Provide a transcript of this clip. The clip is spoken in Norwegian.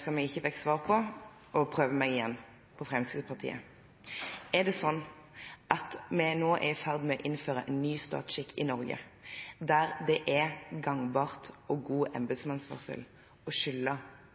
som jeg ikke fikk svar på, og jeg prøver meg igjen med Fremskrittspartiet. Er det sånn at vi nå er i ferd med å innføre en ny statsskikk i Norge der det er gangbart, og god embetsmannsførsel og god statsskikk, å skylde